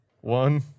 One